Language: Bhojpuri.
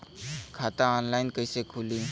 खाता ऑनलाइन कइसे खुली?